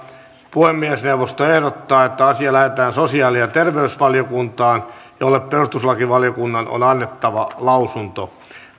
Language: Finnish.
puhemiesneuvosto ehdottaa että asia lähetetään sosiaali ja terveysvaliokuntaan jolle perustuslakivaliokunnan on annettava lausunto